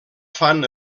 fan